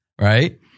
right